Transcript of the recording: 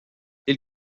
ils